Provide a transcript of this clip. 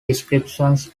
descriptions